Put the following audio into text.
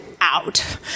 out